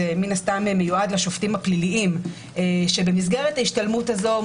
האם ההכשרות הן